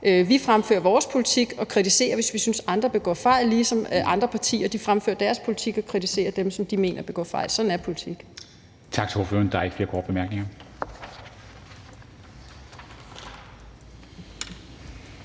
Vi fremfører vores politik og kritiserer, hvis vi synes, at andre begår fejl, ligesom andre partier fremfører deres politik og kritiserer dem, som de mener begår fejl. Sådan er politik. Kl. 11:13 Formanden (Henrik Dam Kristensen):